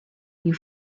you